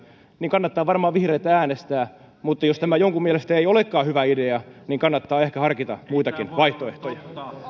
niin kannattaa varmaan vihreitä äänestää mutta jos tämä jonkun mielestä ei olekaan hyvä idea niin kannattaa ehkä harkita muitakin vaihtoehtoja